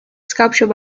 sculpture